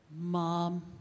Mom